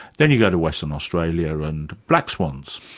then you go to western australia and black swans.